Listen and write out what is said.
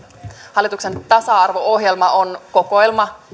hallituksen tasa arvo ohjelma on kokoelma